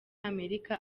amerika